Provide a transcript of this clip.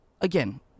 again